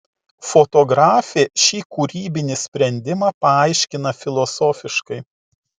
fotografė šį kūrybinį sprendimą paaiškina filosofiškai